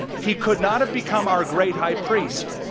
he could not have become our great high priest.